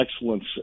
excellence